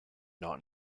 not